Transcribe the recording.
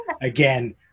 again